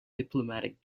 diplomatic